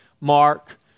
Mark